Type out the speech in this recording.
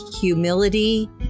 humility